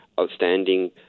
outstanding